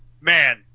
man